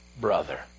brother